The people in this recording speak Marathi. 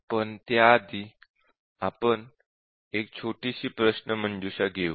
पण त्याआधी आपण एक छोटीशी प्रश्नमंजुषा घेऊया